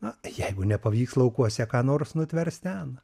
na jeigu nepavyks laukuose ką nors nutvers ten